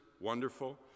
wonderful